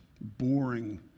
boring